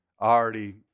already